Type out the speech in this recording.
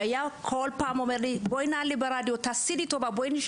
הוא אמר לי כל הזמן שנעלה ברדיו ונשכנע,